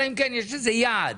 אלא אם כן יש איזה יעד.